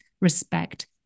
respect